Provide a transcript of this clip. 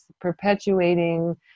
perpetuating